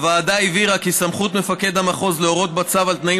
הוועדה הבהירה כי סמכות מפקד המחוז להורות בצו על תנאים